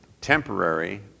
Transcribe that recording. temporary